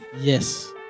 Yes